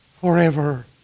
forever